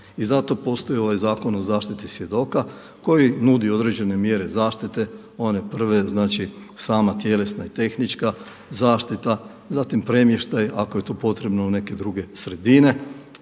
I zato postoji ovaj Zakon o zaštiti svjedoka koji nudi određene mjere zaštite, one prve znači sama tjelesna i tehnička zaštita, zatim premještaj ako je to potrebno u neke druge sredine,